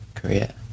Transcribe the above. Korea